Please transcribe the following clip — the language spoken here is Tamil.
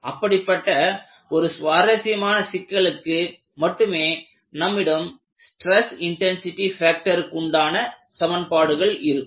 அப்படிப்பட்ட ஒரு சுவாரசியமான சிக்கலுக்கு மட்டுமே நம்மிடம் ஸ்டிரஸ் இன்டன்சிடி ஃபேக்டருக்குண்டான சமன்பாடுகள் இருக்கும்